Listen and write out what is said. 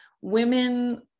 women